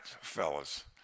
fellas